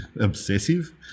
obsessive